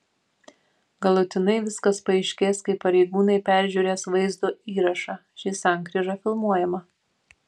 galutinai viskas paaiškės kai pareigūnai peržiūrės vaizdo įrašą ši sankryža filmuojama